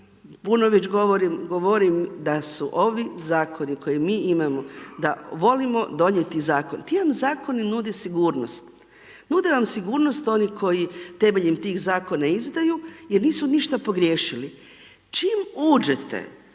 govorim, govorim da su ovi zakoni koje mi imamo, da volimo donijeti zakon. Ti vam zakoni nude sigurnost, nude vam sigurnost oni koji temeljem tih zakona izdaju jer nisu ništa pogriješili. Čim uđete